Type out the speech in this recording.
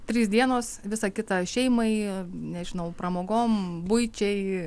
trys dienos visa kita šeimai nežinau pramogom buičiai